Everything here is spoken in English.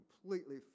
completely